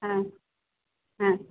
হ্যাঁ হ্যাঁ